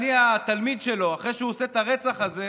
אני התלמיד שלו, אחרי שהוא עושה את הרצח הזה,